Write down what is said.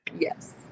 Yes